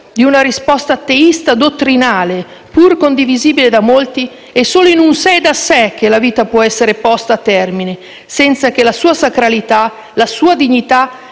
di una risposta teista dottrinale, pur condivisibile da molti, è solo in sé e da sé che la vita può essere posta a termine, senza che la sua sacralità e la sua dignità